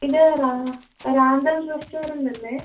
ഇത് റാ റാന്തൽ റെസ്റ്റോറൻറ്റല്ലേ